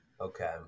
okay